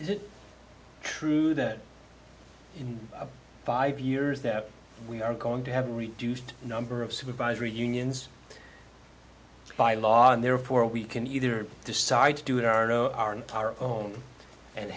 is it true that in five years that we are going to have a reduced number of supervisory unions by law and therefore we can either decide to do it our no aren't our own and